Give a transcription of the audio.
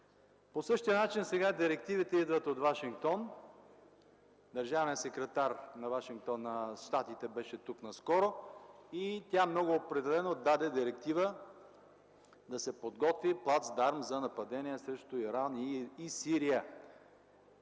По същия начин сега директивите идват от Вашингтон. Държавният секретар на Щатите беше тук наскоро и тя много определено даде директива да се подготви плацдарм за нападение срещу Иран и Сирия.